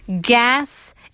gas